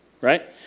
right